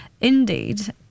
Indeed